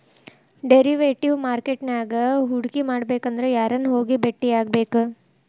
Derivative market ನ್ಯಾಗ್ ಹೂಡ್ಕಿಮಾಡ್ಬೆಕಂದ್ರ ಯಾರನ್ನ ಹೊಗಿ ಬೆಟ್ಟಿಯಾಗ್ಬೇಕ್?